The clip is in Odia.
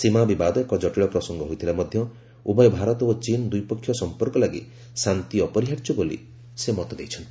ସୀମା ବିବାଦ ଏକ କଟିଳ ପ୍ରସଙ୍ଗ ହୋଇଥିଲେ ମଧ୍ୟ ଉଭୟ ଭାରତ ଓ ଚୀନ ଦ୍ୱିପକ୍ଷୀୟ ସମ୍ପର୍କ ଲାଗି ଶାନ୍ତି ଅପରିହାର୍ଯ୍ୟ ବୋଲି ମତ ଦେଇଛନ୍ତି